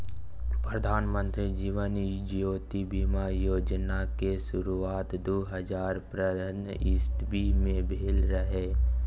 प्रधानमंत्री जीबन ज्योति बीमा योजना केँ शुरुआत दु हजार पंद्रह इस्बी मे भेल रहय